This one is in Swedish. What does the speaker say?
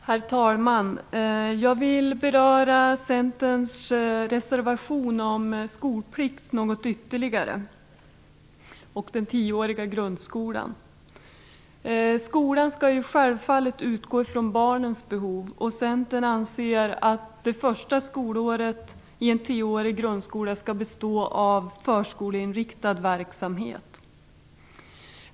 Herr talman! Jag vill beröra Centerns reservation om skolplikten och den tioåriga grundskolan något ytterligare. Skolan skall självfallet utgå från barnens behov. Centern anser att det första skolåret i en tioårig grundskola skall bestå av en förskoleinriktad verksamhet.